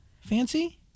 fancy